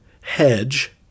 hedge